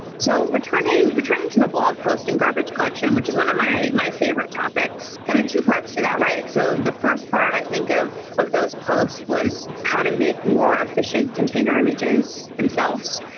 so we're turning we're turning to the blog post in garbage collection, which is one of my my favorite topics. kind of two parts to that, right? so the first part i think of of those posts was how to make more efficient container images themselves.